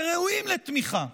שראויים לתמיכה,